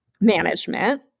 management